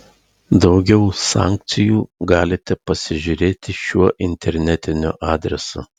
daugiau sankcijų galite pasižiūrėti šiuo internetiniu adresu